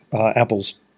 Apple's